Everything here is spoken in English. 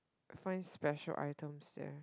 find special items there